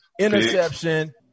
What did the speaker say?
interception